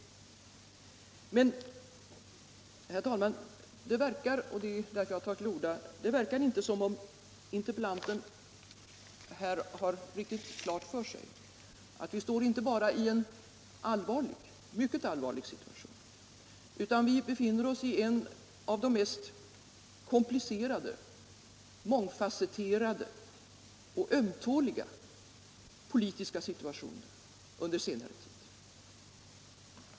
Men, herr talman, det verkar inte som om interpellanten har riktigt klart för sig — och det är därför jag har tagit till orda — att vi inte bara står i en mycket allvarlig situation utan att vi befinner oss i en av de mest komplicerade, mångfasetterade och ömtåliga politiska situationerna under senare tid.